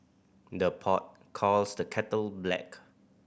the pot calls the kettle black